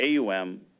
AUM